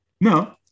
No